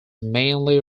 mainly